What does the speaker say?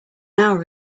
hour